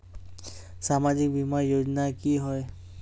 सामाजिक बीमा योजना की होय?